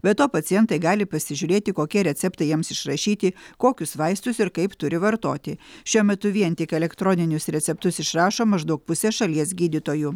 be to pacientai gali pasižiūrėti kokie receptai jiems išrašyti kokius vaistus ir kaip turi vartoti šiuo metu vien tik elektroninius receptus išrašo maždaug pusė šalies gydytojų